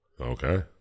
Okay